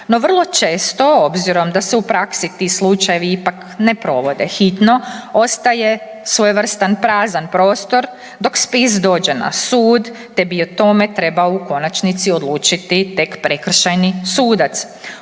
No vrlo često obzirom da se u praksi ti slučajevi ipak ne provode hitno ostaje svojevrstan prazan prostor dok spis dođe na sud te bi o tome trebao u konačnici odlučiti tek prekršajni sudac.